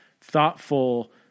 thoughtful